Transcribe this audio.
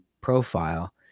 profile